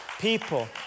people